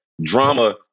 drama